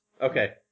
okay